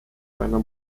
kleiner